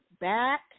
back